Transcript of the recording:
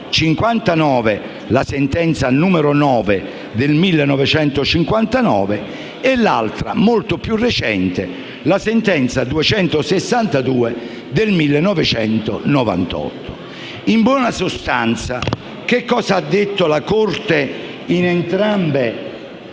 la sentenza n. 9 del 1959 e l'altra, molto più recente, n. 262 del 1998. In buona sostanza, che cosa ha detto la Corte in entrambe